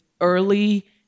early